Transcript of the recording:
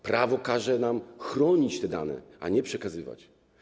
Prawo każe nam chronić te dane, a nie je przekazywać.